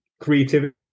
creativity